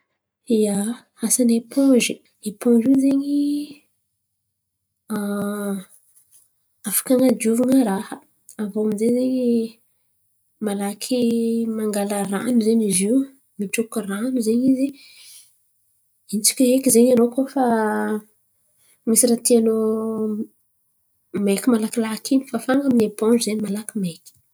Ia, asan’ny eponzy, eponzy io zen̈y afaka an̈adiovan̈a raha. Aviô amizay ze malaky mangala ran̈o zen̈y zio mitroko ran̈o zen̈y izio. Intsaka eky zen̈y anô koa fa misy raha tianô maiky malakilaky in̈y fafana amin’ny eponzy zen̈y malaky maiky.